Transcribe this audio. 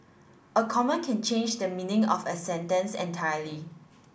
a comma can change the meaning of a sentence entirely